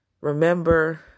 Remember